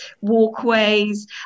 walkways